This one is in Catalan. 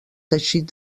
teixit